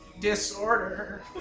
Disorder